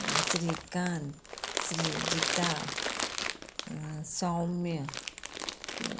Shrikant Srijita Saumya